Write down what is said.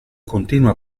continua